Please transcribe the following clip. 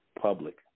public